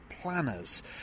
planners